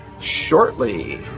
shortly